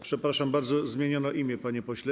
Przepraszam bardzo, zmieniono imię, panie pośle.